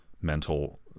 mental